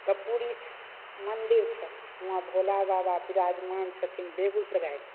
कर्पूरी मन्दिर छै हुँवा भोला बाबा बिराजमान छथिन बेगूसरायमे